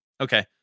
Okay